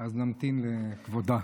אז אמתין לכבודה.